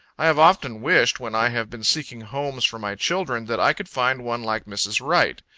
i have often wished, when i have been seeking homes for my children, that i could find one like mrs. wright.